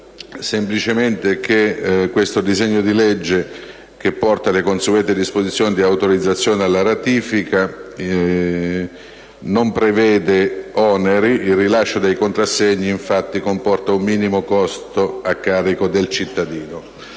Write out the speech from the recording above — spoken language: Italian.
semplicemente che questo disegno di legge, che reca le consuete disposizioni di autorizzazione alla ratifica, non prevede oneri. Il rilascio dei contrassegni, infatti, comporta un minimo costo a carico del cittadino.